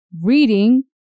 Reading